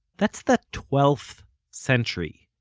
that's the twelfth century.